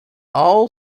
all